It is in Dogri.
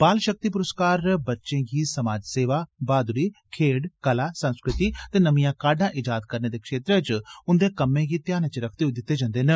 बाल शक्ति पुरस्कार बच्चें गी समाज सेवा बहादुरी खेड्ड कला संस्कृति ते नमियां काह्डां इजाद करने दे क्षेत्रै च उंदे कम्में गी ध्यानै च रखदे होई दित्ते जंदे न